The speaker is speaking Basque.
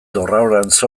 dorraorantz